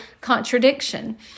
contradiction